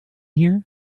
here